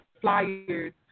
flyers